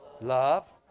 love